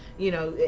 you know,